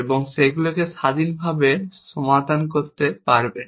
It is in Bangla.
এবং সেগুলি স্বাধীনভাবে সমাধান করতে পারবেন